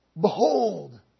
Behold